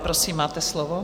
Prosím, máte slovo.